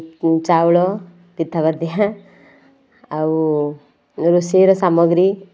ଚାଉଳ ପିଠା ପାତିଆ ଆଉ ରୋଷେଇର ସାମଗ୍ରୀ